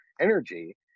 energy